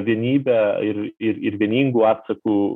vienybe ir ir ir vieningu atsaku